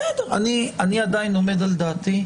בסדר, אני עדיין עומד על דעתי,